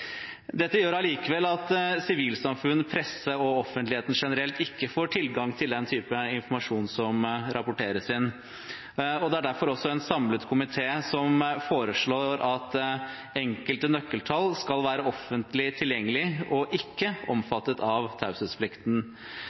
Dette gjør allikevel at sivilsamfunn, presse og offentligheten generelt ikke får tilgang til den type informasjon som rapporteres inn, og en samlet komité foreslår derfor at enkelte nøkkeltall skal være offentlig tilgjengelige og ikke omfattet av taushetsplikten.